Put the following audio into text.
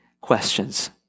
questions